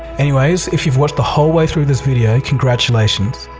anyways, if you've watched the whole way through this video, congratulations!